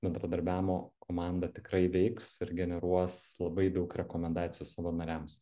bendradarbiavimo komanda tikrai veiks ir generuos labai daug rekomendacijų savo nariams